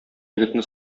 егетне